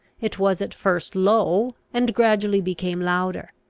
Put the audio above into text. it was at first low, and gradually became louder.